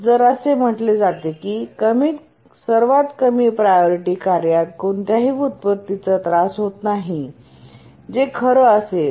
जर असे म्हटले जाते की सर्वात कमी प्रायोरिटी कार्यात कोणत्याही व्युत्पत्तीचा त्रास होत नाही जे खरं असेल